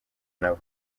nabo